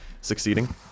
succeeding